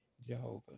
Jehovah